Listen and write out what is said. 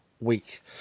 week